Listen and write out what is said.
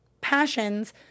passions